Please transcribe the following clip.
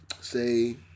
say